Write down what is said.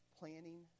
planning